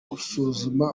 basuzuma